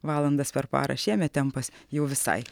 valandas per parą šiemet tempas jau visai